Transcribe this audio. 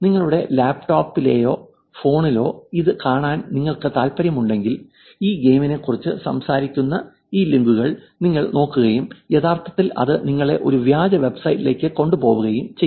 നിങ്ങളുടെ ലാപ്ടോപ്പിലോ ഫോണിലോ ഇത് കാണാൻ നിങ്ങൾക്ക് താൽപ്പര്യമുണ്ടെങ്കിൽ ഈ ഗെയിമിനെക്കുറിച്ച് സംസാരിക്കുന്ന ഈ ലിങ്കുകൾ നിങ്ങൾ നോക്കുകയും യഥാർത്ഥത്തിൽ അത് നിങ്ങളെ ഒരു വ്യാജ വെബ്സൈറ്റിലേക്ക് കൊണ്ടുപോകുകയും ചെയ്യും